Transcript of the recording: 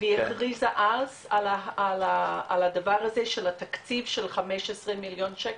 והיא הכריזה על הדבר הזה של התקציב של 15 מיליון שקל,